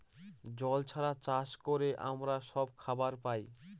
জল ছাড়া চাষ করে আমরা সব খাবার পায়